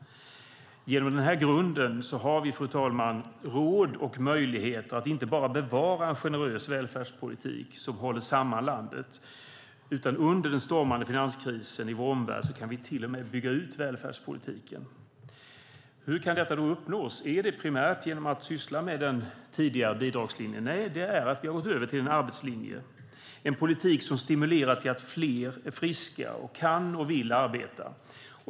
Genom den grunden har vi råd och möjlighet att inte bara bevara generös välfärdspolitik som håller samman landet utan vi kan, under den stormande finanskrisen i vår omvärld, till och med bygga ut välfärdspolitiken. Hur kan det uppnås? Är det primärt genom att syssla med den tidigare bidragslinjen? Nej, genom att vi har gått över till en arbetslinje. Det är en politik som innebär att fler är friska och kan och vill arbeta.